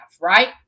right